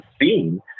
seen